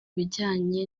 bijyanye